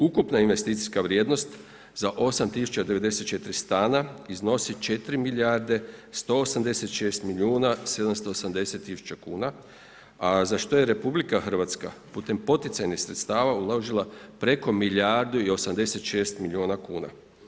Ukupna investicijska vrijednost za 8094 stana iznosi 4 milijarde 186 milijuna 780 000 kuna, a za što je RH putem poticajnih sredstava uložila preko milijardu i 86 milijuna kuna.